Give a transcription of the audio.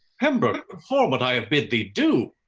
pembroke, perform what i have bid thee do,